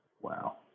Wow